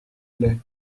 plait